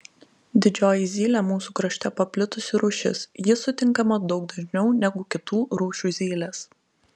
didžioji zylė mūsų krašte paplitusi rūšis ji sutinkama daug dažniau negu kitų rūšių zylės